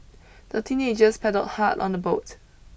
the teenagers paddled hard on the boat